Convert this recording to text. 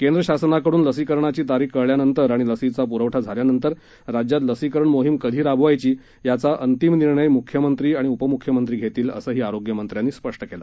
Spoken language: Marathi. केंद्र शासनाकडून लसीकरणाची तारीख कळल्यानंतर आणि लसीचा पुरवठा झाल्यानंतर राज्यात लसीकरण मोहिम कधी राबवायची याचा अंतिम निर्णय मुख्यमंत्री उपमुख्यमंत्री घेतील असही आरोग्यमंत्र्यांनी स्पष्ट केलं